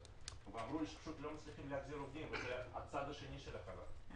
ואמרו הם לא מצליחים להחזיר עובדים וזה הצד השני של החל"ת.